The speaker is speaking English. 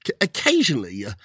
occasionally